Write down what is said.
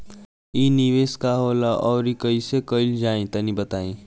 इ निवेस का होला अउर कइसे कइल जाई तनि बताईं?